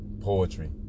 poetry